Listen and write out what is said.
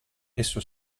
esso